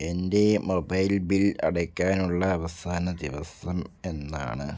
എൻ്റെ mobile bill അടയ്ക്കാനുള്ള അവസാന ദിവസം എന്നാണ്